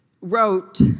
wrote